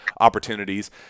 opportunities